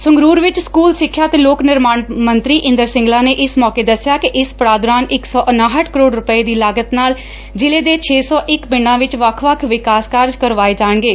ਸੰਗਰੁਰ ਵਿਚ ਸਕੁਲ ਸਿੱਖਿਆ ਤੇ ਲੋਕ ਨਿਰਮਾਣ ਮੰਤਰੀ ਇੰਦਰ ਸਿੰਗਲਾ ਨੇ ਇਸ ਸੋਕੇ ਦਸਿਆ ਕਿ ਇਸ ਪੜਾਅ ਦੌਰਾਨ ਇਕ ਸੌ ਉਨਾਹਟ ਕਰੋੜ ਰੁਪੈ ਦੀ ਲਾਗਤ ਨਾਲ ਜ਼ਿਲੇ ਦੇ ਛੇ ਸੌ ਇਕ ਪੰਡਾਂ ਵਿਚ ਵੱਖ ਵੱਖ ਵਿਕਾਸ ਕਾਰਜ ਕਰਵਾਏ ਜਾਣਗੇ